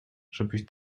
żebyś